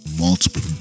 multiple